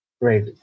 Right